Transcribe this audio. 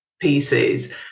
pieces